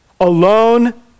alone